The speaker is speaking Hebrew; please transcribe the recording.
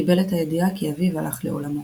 קיבל את הידיעה כי אביו הלך לעולמו.